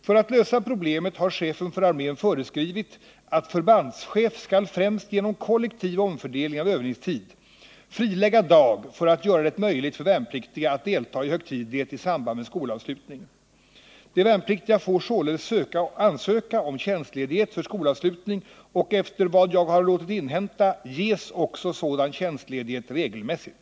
För att lösa problemet har chefen för armén föreskrivit att förbandschef skall främst genom kollektiv omfördelning av övningstid frilägga dag för att göra det möjligt för värnpliktiga att delta i högtidlighet i samband med skolavslutning. De värnpliktiga får således ansöka om tjänstledighet för skolavslutning och efter vad jag har låtit inhämta ges också sådan tjänstledighet regelmässigt.